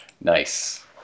Nice